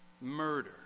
Murder